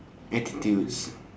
attitudes